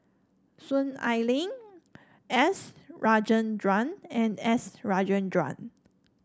Soon Ai Ling S Rajendran and S Rajendran